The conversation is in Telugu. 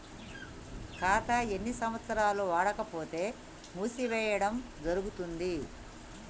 ఖాతా ఎన్ని సంవత్సరాలు వాడకపోతే మూసివేయడం జరుగుతుంది?